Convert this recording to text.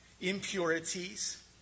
Impurities